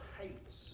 hates